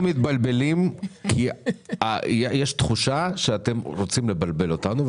אנחנו מתבלבלים כי יש תחושה שאתם רוצים לבלבל אותנו,